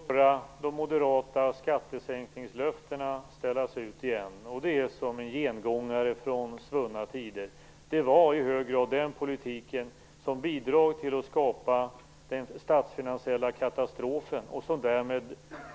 Herr talman! Vi får nu på nytt höra de moderata skattesänkningslöftena ställas ut igen, som gengångare från svunna tider. Det var i hög grad den politiken som bidrog till att skapa den statsfinansiella katastrofen och som därmed